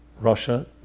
Russia